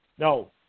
No